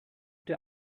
der